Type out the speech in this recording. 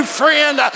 friend